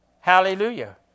Hallelujah